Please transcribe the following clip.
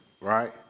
right